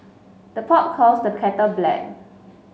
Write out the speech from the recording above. the pot calls the black